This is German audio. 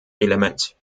element